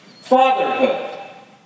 Fatherhood